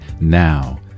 now